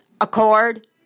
Accord